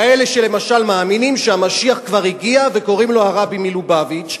כאלה שלמשל מאמינים שהמשיח כבר הגיע וקוראים לו הרבי מלובביץ',